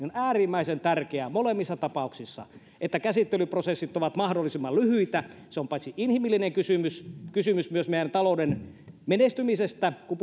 on äärimmäisen tärkeää molemmissa tapauksissa että käsittelyprosessit ovat mahdollisimman lyhyitä se on paitsi inhimillinen kysymys kysymys myös meidän talouden menestymisestä kun